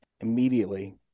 Immediately